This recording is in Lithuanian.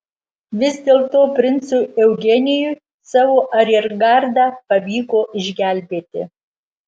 vis dėlto princui eugenijui savo ariergardą pavyko išgelbėti